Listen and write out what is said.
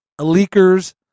leakers